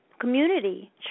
community